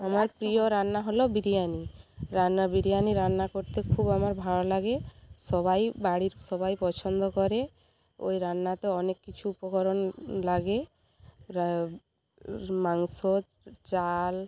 আমার প্রিয় রান্না হল বিরিয়ানি রান্না বিরিয়ানি রান্না করতে খুব আমার ভালো লাগে সবাই বাড়ির সবাই পছন্দ করে ওই রান্নাতে অনেক কিছু উপকরণ লাগে মাংস চাল